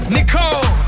Nicole